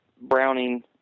Browning